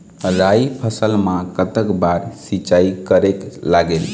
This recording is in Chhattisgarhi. राई फसल मा कतक बार सिचाई करेक लागेल?